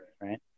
Right